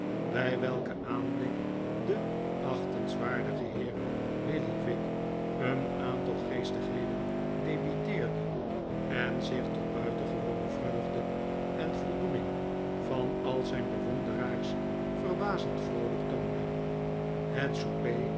bij welken aanblik de achtenswaardige heer lillyvick een aantal geestigheden debiteerde en zich tot buitengewone vreugde en voldpening van al zijn bewonderaars verbazeiid vroolijk'toonde het